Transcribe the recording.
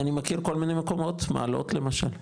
אני מכיר כל מיני מקומות, מעלות, למשל,